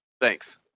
thanks